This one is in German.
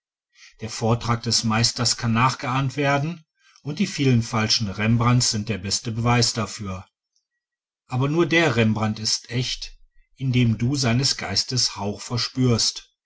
der vortrag des meisters kann nachgeahmt werden und die vielen falschen rembrandts sind der beste beweis dafür aber nur der rembrandt ist echt in dem du seines geistes hauch verspürst